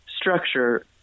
structure